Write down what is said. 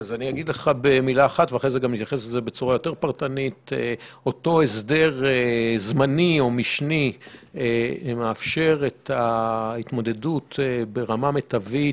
אותו הסדר זמני או משני מאפשר התמודדות ברמה מיטבית